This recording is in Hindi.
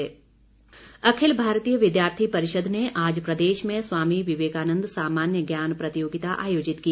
एबीवीपी अखिल भारतीय विद्यार्थी परिषद ने आज प्रदेश में स्वामी विवेकानन्द सामान्य ज्ञान प्रतियोगिता आयोजित की